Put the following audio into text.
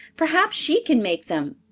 perhaps she can make them.